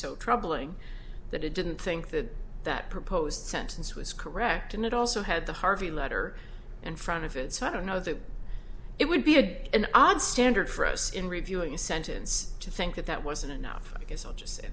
so troubling that it didn't think that that proposed sentence was correct and it also had the harvey letter and front of it so i don't know that it would be a big an odd standard for us in reviewing a sentence to think that that wasn't enough because i just sa